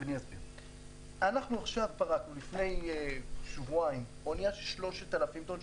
אנחנו לפני שבועיים פרקנו אונייה של 3,000 טון,